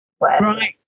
Right